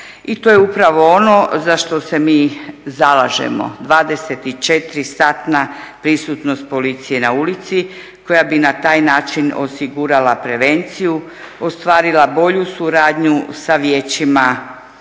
I to je upravo ono za što se mi zalažemo 24-satna prisutnost policije na ulici koja bi na taj način osigurala prevenciju, ostvarila bolju suradnju sa vijećima i